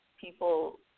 people